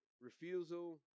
refusal